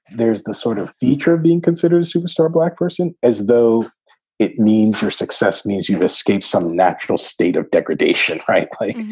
there's the sort of feature of being considered a superstar, a black person, as though it means your success means you've escaped some natural state of degradation, like,